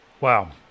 Wow